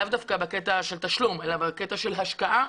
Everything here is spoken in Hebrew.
לאו דווקא בקטע של תשלום אלא בקטע של השקעה